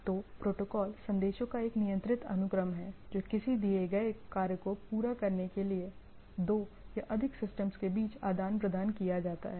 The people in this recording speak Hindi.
तो प्रोटोकॉल संदेशों का एक नियंत्रित अनुक्रम है जो किसी दिए गए कार्य को पूरा करने के लिए दो या अधिक सिस्टम्स के बीच आदान प्रदान किया जाता है